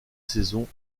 saisons